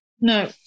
No